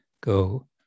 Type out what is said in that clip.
go